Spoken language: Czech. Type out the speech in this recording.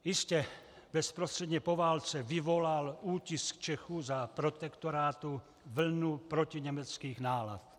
Jistě, bezprostředně po válce vyvolal útisk Čechů za protektorátu vlnu protiněmeckých nálad.